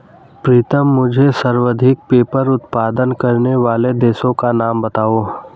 प्रीतम मुझे सर्वाधिक पेपर उत्पादन करने वाले देशों का नाम बताओ?